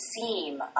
seem